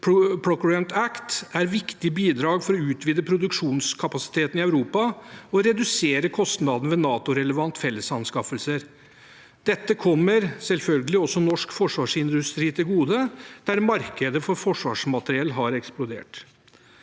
Procurement Act, er viktige bidrag for å utvide produksjonskapasiteten i Europa og redusere kostnadene ved NATO-relevante fellesanskaffelser. Dette kommer selvfølgelig også norsk forsvarsindustri til gode, der markedet for forsvarsmateriell har eksplodert.